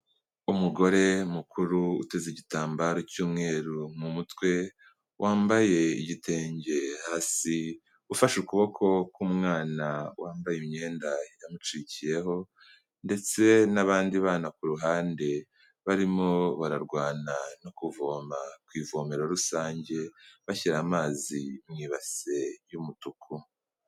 Umugore mukuru uteze igitambaro cy'umweru mu mumutwe, wambaye igitenge hasi ufashe ukuboko k'umwana wambaye imyenda yamucikiyeho ndetse nabandi bana ku ruhande, barimo bararwana no kuvoma ku ivomero rusange bashyira amazi mu ibase y'umutuku.